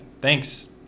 thanks